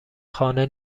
خانه